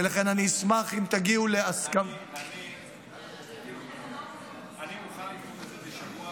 ולכן אני אשמח אם תגיעו --- אני מוכן לדחות בשבוע,